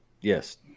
yes